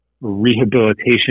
rehabilitation